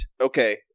Okay